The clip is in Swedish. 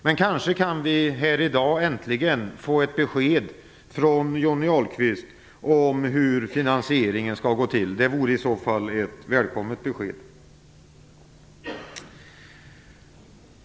Men kanske kan vi i dag äntligen få ett besked från Johnny Ahlqvist hur finansieringen skall gå till. Det vore i så fall ett välkommet besked.